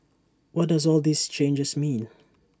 what does all these changes mean